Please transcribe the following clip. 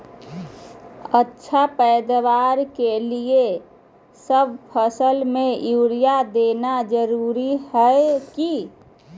अच्छा पैदावार के लिए सब फसल में यूरिया देना जरुरी है की?